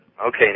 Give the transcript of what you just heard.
Okay